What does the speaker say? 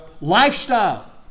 Lifestyle